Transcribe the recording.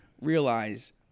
realize